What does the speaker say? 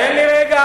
תן לי רגע.